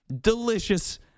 delicious